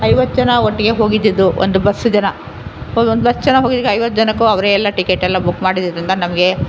ಐವತ್ತು ಜನ ಒಟ್ಟಿಗೆ ಹೋಗಿದ್ದಿದ್ದು ಒಂದು ಬಸ್ ಜನ ಹೊ ಒಂದು ಬಸ್ ಜನ ಹೋಗಲಿಕ್ಕೆ ಐವತ್ತು ಜನಕ್ಕೂ ಅವರೇ ಎಲ್ಲ ಟಿಕೆಟೆಲ್ಲ ಬುಕ್ ಮಾಡಿದ್ದರಿಂದ ನಮಗೆ